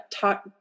talk